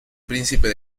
príncipe